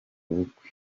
ubukwe